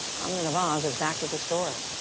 amna nawaz is back with the story.